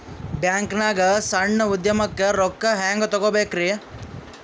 ಬ್ಯಾಂಕ್ನಾಗ ಸಣ್ಣ ಉದ್ಯಮಕ್ಕೆ ರೊಕ್ಕ ಹೆಂಗೆ ತಗೋಬೇಕ್ರಿ?